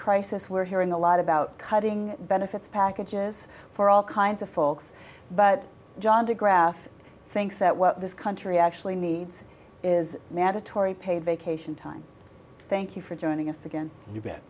crisis we're hearing a lot about cutting benefits packages for all kinds of folks but john digraph thinks that what this country actually needs is mandatory paid vacation time thank you for joining us again you be